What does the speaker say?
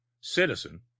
Citizen